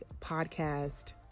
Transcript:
podcast